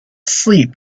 sleep